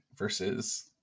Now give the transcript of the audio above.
Versus